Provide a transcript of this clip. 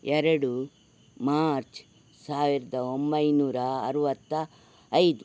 ಎರಡು ಮಾರ್ಚ್ ಸಾವಿರದ ಒಂಬೈನೂರ ಅರವತ್ತ ಐದು